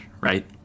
right